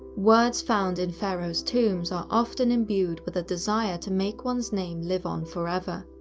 words found in pharaoh's tombs are often imbued with a desire to make one's name live on forever.